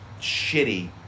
shitty